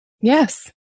Yes